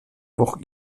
woche